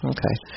Okay